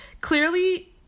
clearly